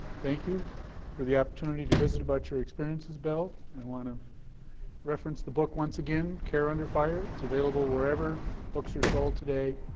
thank you for the opportunity to visit about your experiences bill. i and wanna reference the book once again, care under fire it's available wherever books are sold today,